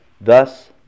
Thus